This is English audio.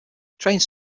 trains